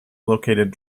located